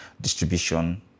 distribution